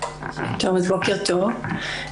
בוקר טוב.